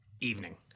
Evening